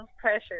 pressure